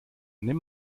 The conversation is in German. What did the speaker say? nimm